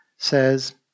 Says